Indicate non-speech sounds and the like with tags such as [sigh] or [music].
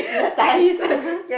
hypnotise [laughs]